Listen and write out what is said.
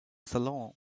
saloon